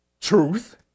truth